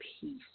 peace